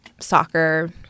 soccer